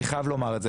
אני חייב לומר את זה,